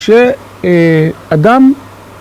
כשאדם